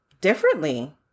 differently